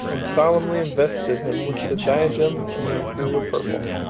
and solemnly invested him with the diadem and the imperial purple.